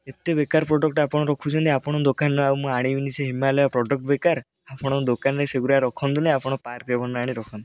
ଏତେ ବେକାର ପ୍ରଡ଼କ୍ଟ ଆପଣ ରଖୁଛନ୍ତି ଆପଣ ଦୋକାନରୁ ଆଉ ମୁଁ ଆଣିବିନି ସେ ହିମାଲୟ ପ୍ରଡ଼କ୍ଟ ବେକାର ଆପଣଙ୍କ ଦୋକାନରେ ସେଗୁୁଡ଼ା ରଖନ୍ତୁନି ଆପଣ ପାର୍କ ଆଭିନ୍ୟୁ ଆଣି ରଖନ୍ତୁ